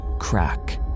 crack